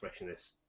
expressionist